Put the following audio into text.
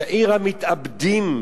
עיר המתאבדים,